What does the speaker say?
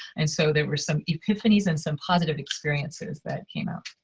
and so there were some epiphanies and some positive experiences that came out.